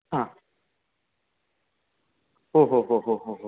हा ओ हो हो हो हो हो